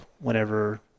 whenever